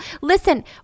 Listen